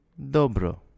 Dobro